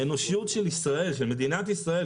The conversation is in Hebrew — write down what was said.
האנושיות של מדינת ישראל,